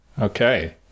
Okay